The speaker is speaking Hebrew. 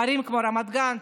ערים כמו רמת גן,